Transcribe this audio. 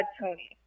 Tony